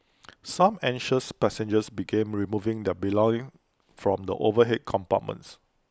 some anxious passengers began removing their belongings from the overhead compartments